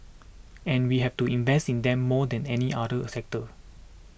and we have to invest in them more than any other a sector